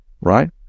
Right